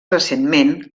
recentment